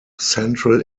central